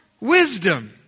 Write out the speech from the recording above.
wisdom